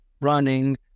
running